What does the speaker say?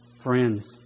friends